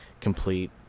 complete